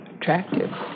attractive